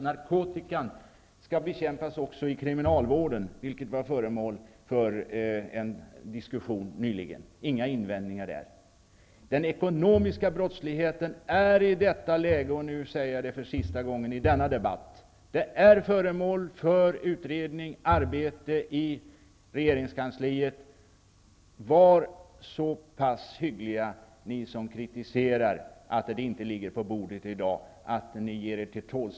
Narkotikan skall bekämpas också i kriminalvården, vilken var föremål för en diskussion nyligen. Inga invändningar där. Den ekonomiska brottsligheten är i detta läge, och nu säger jag det för sista gången i denna debatt, föremål för utredningsarbete i regeringskansliet. Var så pass hyggliga, ni som kritiserar att något förslag inte ligger på bordet i dag, att ni ger er till tåls.